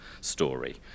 story